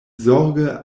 zorge